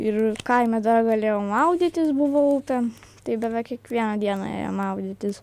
ir kaime dar galėjau maudytis buvo upė tai beveik kiekvieną dieną ėjom maudytis